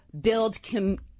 build